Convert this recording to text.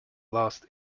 lost